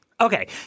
Okay